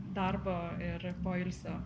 darbo ir poilsio